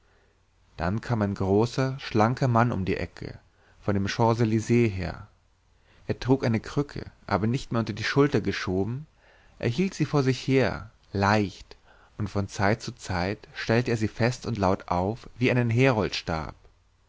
dann kam ein sehr großer schlanker mann um die ecke von den champs elyses her er trug eine krücke aber nicht mehr unter die schulter geschoben er hielt sie vor sich her leicht und von zeit zu zeit stellte er sie fest und laut auf wie einen